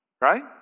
Right